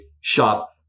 shop